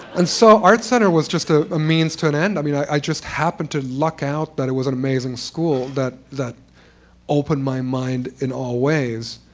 and so arts centre was just a means to an end. i mean i just happened to luck out that it was an amazing school that that opened my mind in all ways.